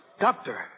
Doctor